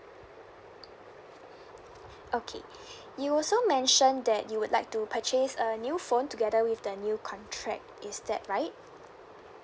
okay you also mentioned that you would like to purchase a new phone together with the new contract is that right